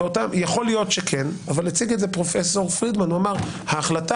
יכול להיות שכן אבל פרופסור פרידמן אמר שההחלטה